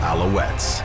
Alouettes